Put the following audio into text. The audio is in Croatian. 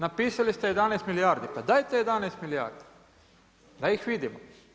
Napisali ste 11 milijardi, pa dajte 11 milijardi da ih vidimo.